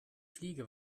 fliege